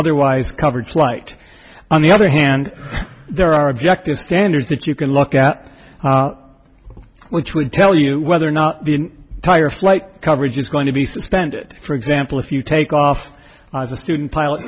otherwise coverage light on the other hand there are objective standards that you can look at which would tell you whether or not the tire flight coverage is going to be suspended for example if you take off the student pilot